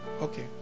Okay